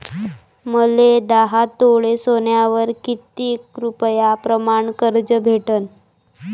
मले दहा तोळे सोन्यावर कितीक रुपया प्रमाण कर्ज भेटन?